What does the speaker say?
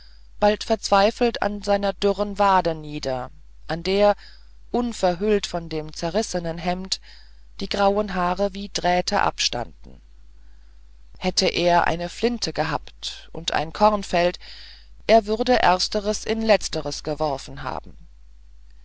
bald verzweifelt an seiner dürren wade nieder an der unverhüllt von dem zerrissenen hemd die grauen haare wie drähte abstanden hätte er eine flinte gehabt und ein kornfeld er würde erstere in letzteres geworfen haben